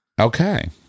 Okay